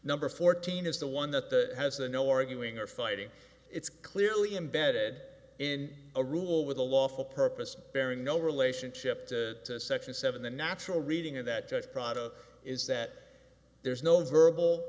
number fourteen is the one that has the no arguing or fighting it's clearly embedded in a rule with a lawful purpose bearing no relationship to section seven the natural reading of that text prado is that there's no verbal